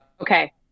Okay